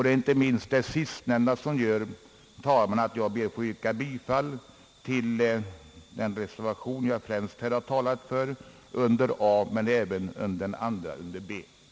Det är inte minst det sistnämnda som gör att jag, herr talman, ber att få yrka bifall till reservationen vid A i utskottets hemställan, som jag främst har talat om, ävensom till reservationen vid B.